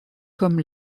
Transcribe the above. comme